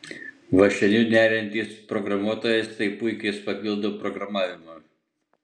vąšeliu neriantis programuotojas tai puikiai papildo programavimą